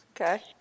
Okay